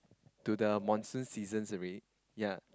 to the monsoon seasons already ya